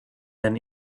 then